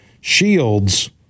Shields